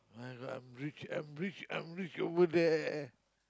my-God I'm rich I'm rich I'm rich over there